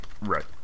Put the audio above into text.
right